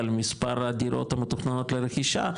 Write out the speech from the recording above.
על מספר הדירות המתוכננות לרכישה,